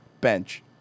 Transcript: bench